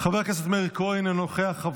חבר הכנסת מאיר כהן, אינו נוכח,